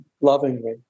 lovingly